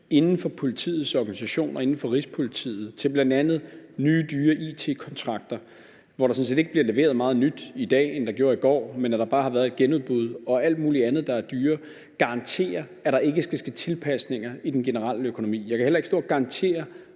inden for politiets organisation og Rigspolitiet i forhold til bl.a. nye, dyre it-kontrakter, hvor der sådan set ikke bliver leveret meget mere nyt i dag, end der gjorde i går, men hvor der bare har været et genudbud og alt muligt andet, der er dyrere. Jeg kan heller ikke stå og garantere